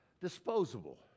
Disposable